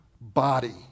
body